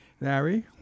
Larry